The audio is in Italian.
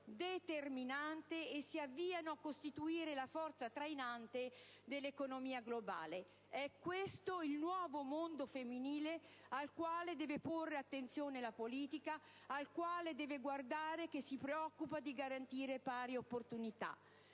determinante e si avviano a costituire la forza trainante dell'economia globale. È questo il nuovo mondo femminile al quale deve porre attenzione la politica, al quale deve guardare chi si preoccupa di garantire pari opportunità.